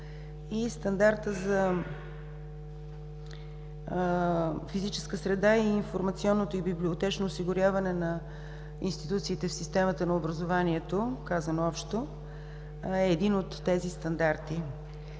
Стандартът за физическа среда, информационно и библиотечно осигуряване на институциите в системата на образованието, казано общо, е един от тези стандарти.